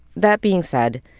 that being said,